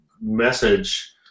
message